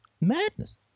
Madness